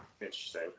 Interesting